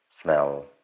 smell